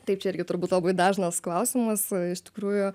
taip čia irgi turbūt labai dažnas klausimas iš tikrųjų